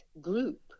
group